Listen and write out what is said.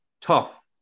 tough